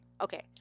Okay